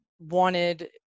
wanted